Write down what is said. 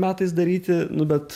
metais daryti nu bet